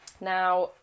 now